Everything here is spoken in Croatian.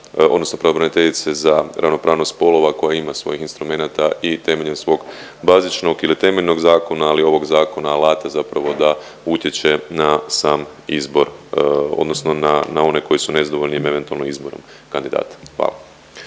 odnosno pravobraniteljice za ravnopravnost spolova koja ima svojih instrumenata i temeljem svog bazičnog ili temeljnog zakona, ali i ovog zakona, alata zapravo da utječe na sam izbor odnosno na, na one koji su nezadovoljni eventualno izborom kandidata, hvala.